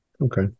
okay